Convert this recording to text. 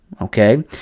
Okay